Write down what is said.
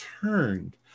turned